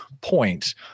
point